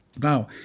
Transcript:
Now